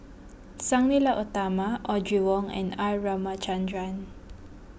Sang Nila Utama Audrey Wong and R Ramachandran